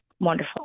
wonderful